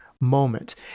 moment